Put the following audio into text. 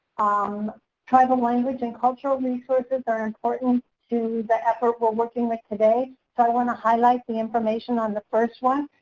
um tribal language and cultural resources are important to the effort we're working with today so i want to highlight the information on the first one.